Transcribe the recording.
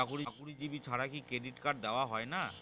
চাকুরীজীবি ছাড়া কি ক্রেডিট কার্ড দেওয়া হয় না?